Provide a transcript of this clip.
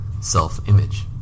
self-image